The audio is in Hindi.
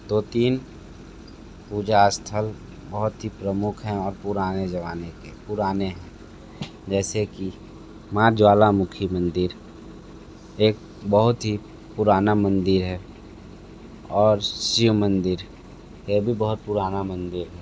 दो तीन पूजा स्थल बहुत ही प्रमुख हैं और पुराने ज़माने के पुराने हैं जैसे कि माँ ज्वालामुखी मंदिर एक बहुत ही पुराना मंदिर है और शिव मंदिर ये भी बहुत पुराना मंदिर है